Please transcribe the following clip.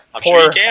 poor